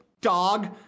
dog